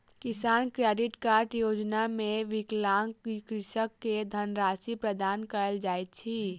किसान credit card योजना मे विकलांग कृषक के धनराशि प्रदान कयल जाइत अछि